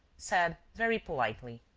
said, very politely